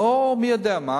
לא מי יודע מה,